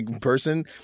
person